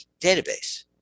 database